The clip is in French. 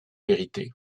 vérité